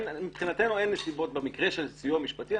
מבחינתנו אין נסיבות במקרה של סיוע משפטי,